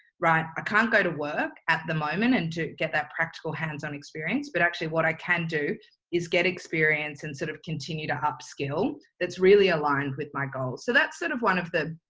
right, i can't go to work at the moment and to get that practical hands on experience, but actually what i can do is get experience and sort of continue to upskill that's really aligned with my goals. so that's sort of one of the